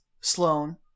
Sloane